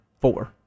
four